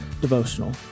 devotional